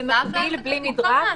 בלי מדרג?